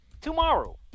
tomorrow